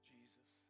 Jesus